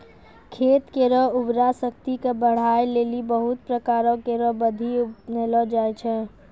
खेत केरो उर्वरा शक्ति क बढ़ाय लेलि बहुत प्रकारो केरो बिधि अपनैलो जाय छै